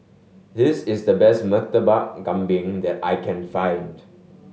this is the best Murtabak Kambing that I can find